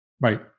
Right